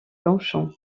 longchamp